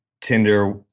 Tinder